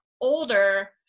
older